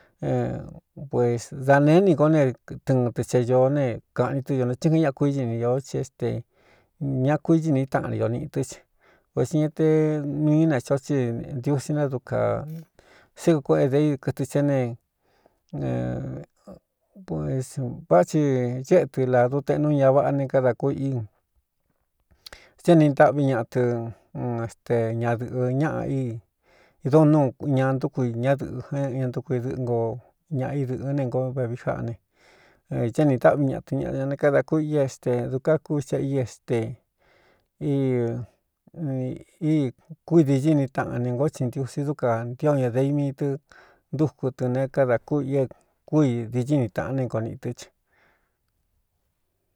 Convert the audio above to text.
Puēs da neé ni ngó ne tɨɨn tɨ ce īoó ne kāꞌni tɨ́ ño ne tsɨ j ña kuiiꞌni ñ ci é ste ña kuiɨn taꞌan i ño niꞌi tɨ́ cɨ vēsi ña te nuí ne xho tsi ndiusi né dka síku kuéꞌé dei kɨtɨ cé nevá tsi chéꞌe tɨ ladu teꞌ nú ña váꞌá ne kádā ku íi téé ni ntáꞌví ñaꞌa tɨ ste ñadɨ̄ꞌɨ ñaꞌa idó núu ña ntúku ñadɨꞌɨ j ña ntuku idɨꞌɨ nko ñaꞌa idɨ̄ꞌɨ ne ngo vevi jáꞌá ne tsé ni ntáꞌví ñaꞌa tɨ ñaꞌa ña ne kádā kú i éste duka kú xa i ste kúi diɨ ni taꞌan ini ngó tsintiusi dúkā ntio ña deimi tɨ ntúku tɨ ne kádā kú i é kúi dicɨ ni taꞌán ni nko niꞌi tɨ́ tɨ.